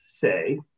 Say